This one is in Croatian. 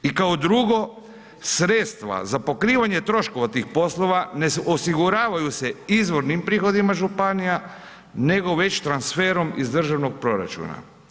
I kao drugo, sredstva za pokrivanje troškova tih poslova ne osiguravaju se izvornim prihodima županija nego već transferom iz državnog proračuna.